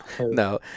No